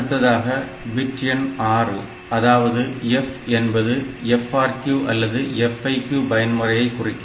அடுத்ததாக பிட்டு எண் 6 அதாவது F என்பது FRQ அல்லது FIQ பயன்முறையை குறிக்கும்